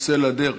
צא לדרך.